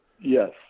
Yes